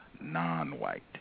non-white